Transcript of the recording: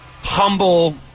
humble